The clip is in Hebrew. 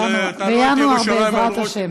אז תעלו את ירושלים על ראש, בינואר, בעזרת השם.